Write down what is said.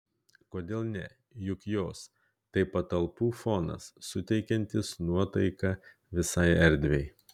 kodėl ne juk jos tai patalpų fonas suteikiantis nuotaiką visai erdvei